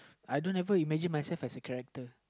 I don't ever imagine myself as a character